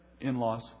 in-laws